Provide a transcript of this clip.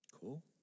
Cool